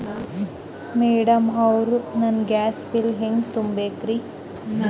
Madam ಅವ್ರ, ನಾ gas bill ಹೆಂಗ ತುಂಬಾ ಬೇಕ್ರಿ?